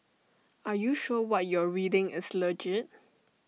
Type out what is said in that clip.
are you sure what you're reading is legit